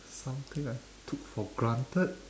something I took for granted